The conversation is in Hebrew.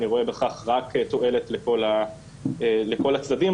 אני רואה בכך רק תועלת לכל הצדדים.